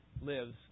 lives